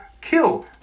kill